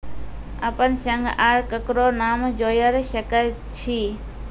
अपन संग आर ककरो नाम जोयर सकैत छी?